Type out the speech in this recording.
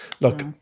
look